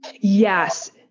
Yes